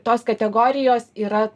tos kategorijos yra